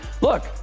look